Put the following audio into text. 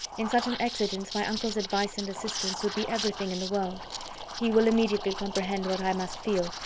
in such an exigence, my uncle's advice and assistance would be everything in the world he will immediately comprehend what i must feel,